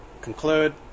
conclude